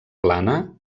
plana